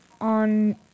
on